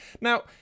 Now